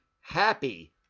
happy